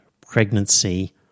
pregnancy